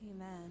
Amen